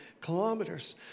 kilometers